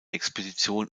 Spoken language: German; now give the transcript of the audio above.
expedition